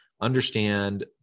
understand